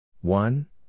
one